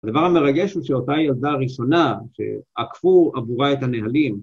הדבר המרגש הוא שאותה הילדה הראשונה שעקפו עבורה את הנהלים.